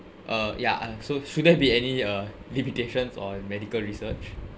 uh ya uh so shouldn't be any uh limitations on medical research